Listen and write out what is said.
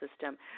system